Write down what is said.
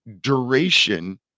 duration